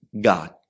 God